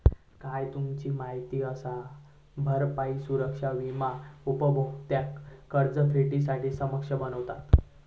काय तुमचा माहित असा? भरपाई सुरक्षा विमा उपभोक्त्यांका कर्जफेडीसाठी सक्षम बनवता